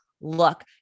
look